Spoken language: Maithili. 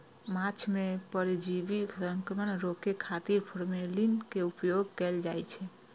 माछ मे परजीवी संक्रमण रोकै खातिर फॉर्मेलिन के उपयोग कैल जाइ छै